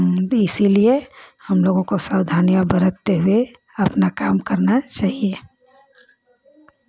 इसीलिए हम लोग को सावधानियाँ बरतते हुये अपना काम करना चाहिए